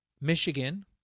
Michigan